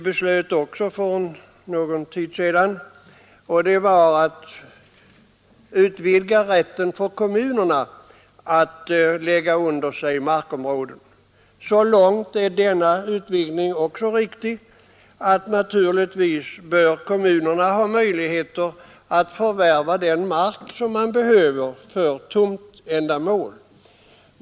Det gällde att utvidga rätten för kommunerna att lägga under sig markoniråden. Denna ändring är också riktig så till vida att kommunerna bör ha möjligheter att förvärva den mark som de behöver för tomtändamål.